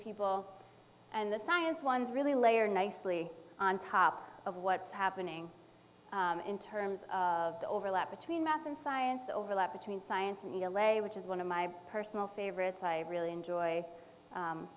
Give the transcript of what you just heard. people and the science ones really layer nicely on top of what's happening in terms of the overlap between math and science the overlap between science and delay which is one of my personal favorites i really enjoy